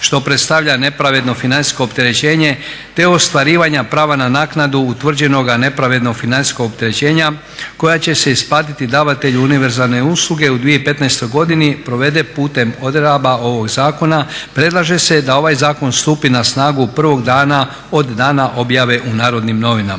što predstavlja nepravedno financijsko opterećenje te ostvarivanja prava na naknadu utvrđenoga nepravedno financijskog opterećenja koja će se isplatiti davatelju univerzalne usluge u 2015.godini provede putem odredaba ovog zakona. Predlaže se daj ovaj zakon stupi na snagu prvog dana od dana objave u Narodnim novina.